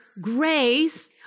grace